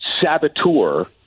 saboteur